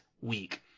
week